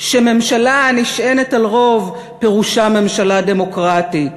שממשלה הנשענת על רוב, פירושה ממשלה דמוקרטית.